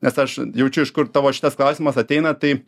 nes aš jaučiu iš kur tavo šitas klausimas ateina tai